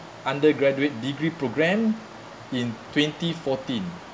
undergraduate degree programme in twenty fourteen